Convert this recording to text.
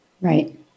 Right